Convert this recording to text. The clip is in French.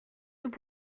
nous